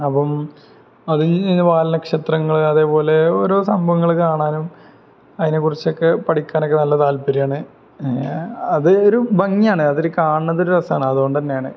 അപ്പോള് അതിൽ നിന്ന് വാൽനക്ഷത്രങ്ങള് അതേപോലെ ഓരോ സംഭവങ്ങൾ കാണാനും അതിനെക്കുറിച്ചൊക്കെ പഠിക്കാനുമൊക്കെ നല്ല താൽപ്പര്യമാണ് അത് ഒരു ഭംഗിയാണ് അതൊരു കാണുന്നതൊരു രസമാണ് അതുകൊണ്ടുതന്നെയാണ്